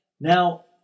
Now